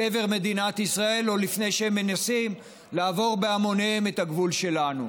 עבר מדינת ישראל או לפני שהם מנסים לעבור בהמוניהם את הגבול שלנו.